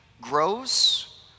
grows